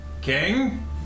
king